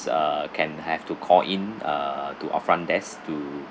uh can have to call in uh to our front desk to